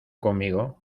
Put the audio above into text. conmigo